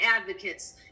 advocates